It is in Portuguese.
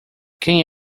quem